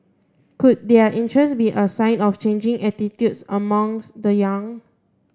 could their interest be a sign of changing attitudes amongst the young